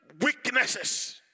weaknesses